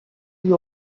you